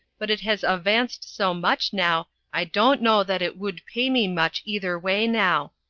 but it has avanced so much now i don't noe that it wood pay me much either way now.